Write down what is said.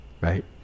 right